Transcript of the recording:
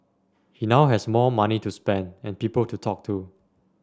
he now has more money to spend and people to talk to